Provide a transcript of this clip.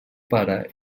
pare